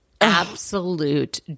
absolute